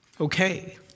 Okay